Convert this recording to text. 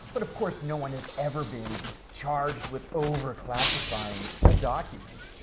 but of course no one has ever been charged with over-classifying a document.